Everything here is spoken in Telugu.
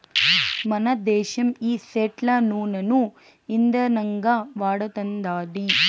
మనదేశం ఈ సెట్ల నూనను ఇందనంగా వాడతండాది